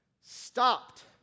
stopped